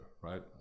right